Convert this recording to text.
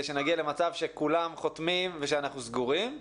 שנגיע למצב שכולם חותמים ואנחנו סגורים.